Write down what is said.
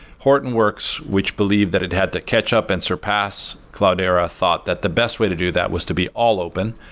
hortonworks, which believed that it had to catch up and surpass cloudera thought that the best way to do that was to be all open,